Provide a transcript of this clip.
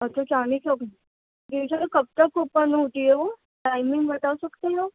آپ کے چاندنی چوک یہ سر کب تک اوپن ہوتی ہے ٹائمنگ بتا سکتے ہو